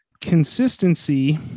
consistency